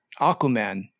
Aquaman